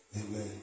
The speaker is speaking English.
Amen